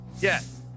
Yes